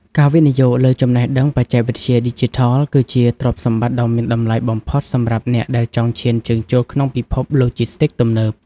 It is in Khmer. ការវិនិយោគលើចំណេះដឹងបច្ចេកវិទ្យាឌីជីថល គឺជាទ្រព្យសម្បត្តិដ៏មានតម្លៃបំផុតសម្រាប់អ្នកដែលចង់ឈានជើងចូលក្នុងពិភពឡូជីស្ទីកទំនើប។